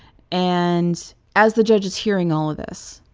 and as the judge is hearing all of this,